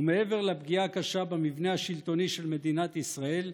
ומעבר לפגיעה הקשה במבנה השלטוני של מדינת ישראל,